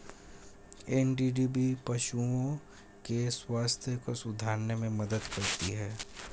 NDDB पशुओं के स्वास्थ्य को सुधारने में मदद करती है